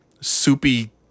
soupy